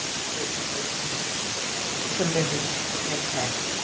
the great migration had a tremendous impact.